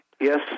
Yes